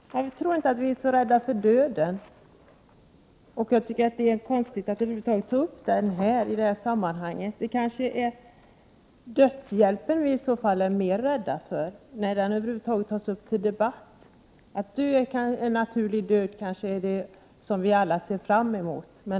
Jag tror inte att vi är så rädda för döden, och jag tycker att det är konstigt att ta upp döendet i detta sammanhang. Vi kanske i så fall är mer rädda för dödshjälpen, när den över huvud taget tas upp till debatt. Att dö en naturlig död är kanske det som vi alla ser fram emot.